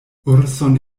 urson